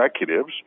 executives